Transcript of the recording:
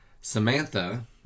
Samantha